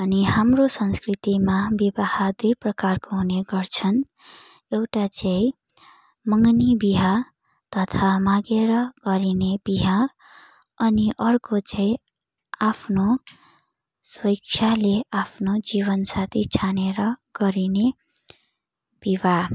अनि हाम्रो संस्कृतिमा विवाह दुई प्रकारको हुने गर्छन् एउटा चाहिँ मङ्गनी बिहा तथा मागेर गरिने बिहा अनि अर्को चाहिँ आफ्नो स्वेच्छाले आफ्नो जीवनसाथी छानेर गरिने विवाह